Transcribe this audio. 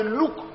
look